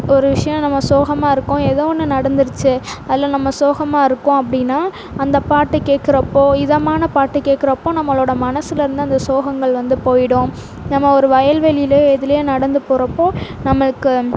ஒரு விஷியம் நம்ம சோகமாக இருக்கோம் எதோ ஒன்று நடந்துருச்சு அதில் நம்ம சோகமாக இருக்கோம் அப்படின்னா அந்த பாட்டை கேட்கறப்போ இதமான பாட்டு கேட்கறப்போ நம்மளோட மனசுலயிருந்து அந்த சோகங்கள் வந்து போயிவிடும் நம்ம ஒரு வயல்வெளியில எதுலே நடந்து போகிறப்போ நம்மள்க்கு